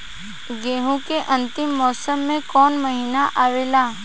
गेहूँ के अंतिम मौसम में कऊन महिना आवेला?